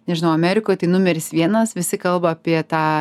nežinau amerikoj tai numeris vienas visi kalba apie tą